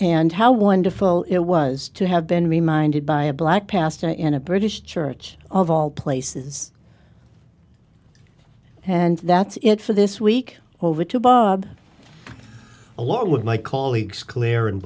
and how wonderful it was to have been reminded by a black pastor in a british church of all places and that's it for this week over to bob along with my colleagues clear and